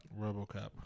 RoboCop